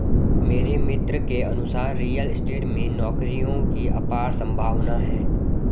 मेरे मित्र के अनुसार रियल स्टेट में नौकरियों की अपार संभावना है